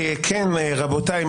רבותיי,